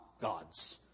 gods